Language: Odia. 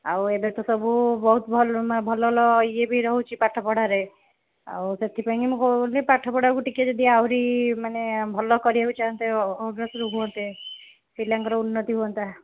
ଆଉ ଏବେ ତ ସବୁ ବହୁତ ଭଲ ଭଲ ଭଲ ଇଏବି ରହୁଛି ପାଠପଢ଼ାରେ ଆଉ ସେଥିପାଇଁକି ମୁଁ କହୁଥିଲି ପାଠପଢ଼ାକୁ ଟିକିଏ ଯଦି ଆହୁରି ମାନେ ଭଲ କରିବାକୁ ଚାହାଁନ୍ତେ ଅଗ୍ରସର ହୁଅନ୍ତେ ପିଲାଙ୍କର ଉନ୍ନତି ହୁଅନ୍ତା